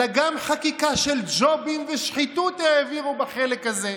אלא גם חקיקה של ג'ובים ושחיתות העבירו בחלק הזה.